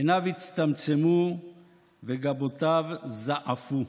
עיניו הצטמצמו וגבותיו זעפו.